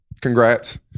congrats